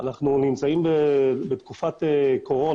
אנחנו כמעט שנה נמצאים בתקופת קורונה